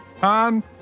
Han